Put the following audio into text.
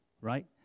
Right